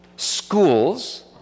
schools